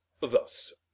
thus